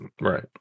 right